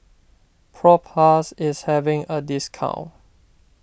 Propass is having a discount